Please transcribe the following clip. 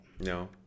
No